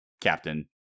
Captain